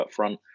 upfront